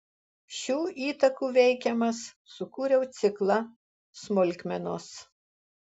šių įtakų veikiamas sukūriau ciklą smulkmenos